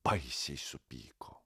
baisiai supyko